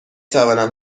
توانم